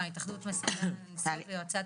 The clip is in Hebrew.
אפשר להצביע.